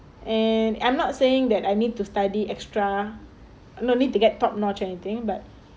and I'm not saying that I need to study extra no need to get top notch anything but